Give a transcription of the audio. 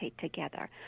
together